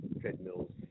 treadmills